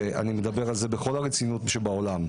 אני מדבר על זה בכל הרצינות שבעולם.